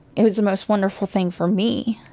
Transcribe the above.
it was the most wonderful thing for me.